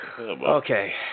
Okay